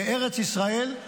בארץ ישראל,